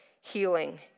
healing